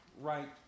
right